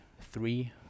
three